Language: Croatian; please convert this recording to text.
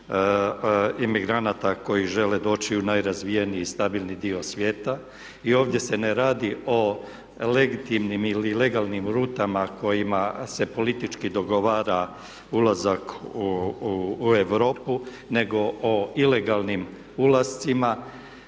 imigranata koji žele doći u najrazvijeniji stabilni dio svijeta. I ovdje se ne radi o legitimnim ili legalnim rutama kojima se politički dogovara ulazak u Europu nego o ilegalnim ulascima